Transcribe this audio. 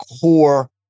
core